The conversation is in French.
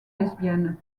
lesbiennes